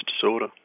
disorder